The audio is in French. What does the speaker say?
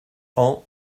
hent